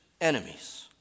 enemies